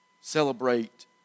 celebrate